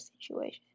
situation